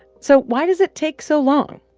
so why does it take so long?